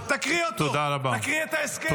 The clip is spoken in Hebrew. --- תקריא אותו, תקריא את ההסכם.